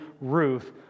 Ruth